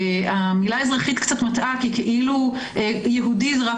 והמילה "אזרחית" קצת מטעה כי כאילו יהודי זה רק